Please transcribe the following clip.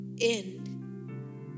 end